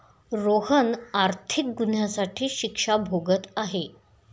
रोहन आर्थिक गुन्ह्यासाठी शिक्षा भोगत आहे